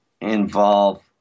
involve